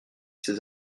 ces